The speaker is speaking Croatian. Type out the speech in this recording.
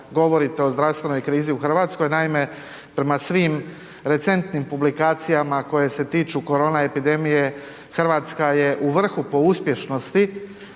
govorite o zdravstvenoj krizi u Hrvatskoj? Naime, prema svim recentnim publikacijama koje se tiču korona epidemije Hrvatska je u vrhu po uspješnosti,